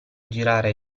girare